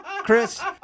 Chris